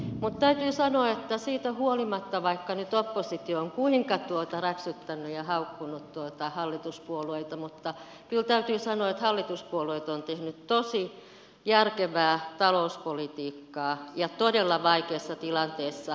mutta täytyy sanoa siitä huolimatta että nyt oppositio on kuinka räksyttänyt ja haukkunut hallituspuolueita että hallituspuolueet ovat tehneet tosi järkevää talouspolitiikkaa ja todella vaikeassa tilanteessa